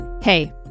Hey